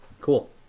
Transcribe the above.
Cool